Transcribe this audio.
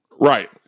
Right